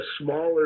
smaller